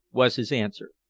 was his answer.